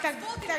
תעזבו את זה.